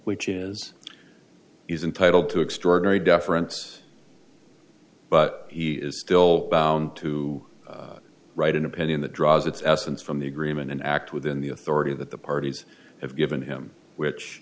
which is he's entitled to extraordinary deference but he is still bound to write an opinion that draws its essence from the agreement and act within the authority that the parties have given him which